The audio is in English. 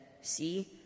see